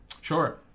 Sure